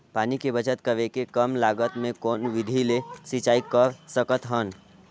पानी के बचत करेके कम लागत मे कौन विधि ले सिंचाई कर सकत हन?